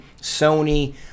Sony